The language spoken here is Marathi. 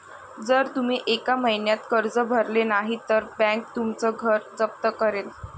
जर तुम्ही एका महिन्यात कर्ज भरले नाही तर बँक तुमचं घर जप्त करेल